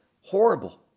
Horrible